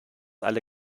alle